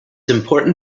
important